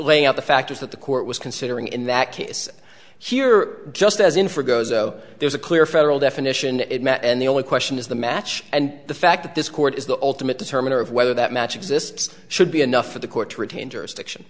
out the fact is that the court was considering in that case here just as in for gozo there's a clear federal definition that it met and the only question is the match and the fact that this court is the ultimate determiner of whether that match exists should be enough for the court to retain jurisdiction